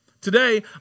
Today